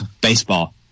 baseball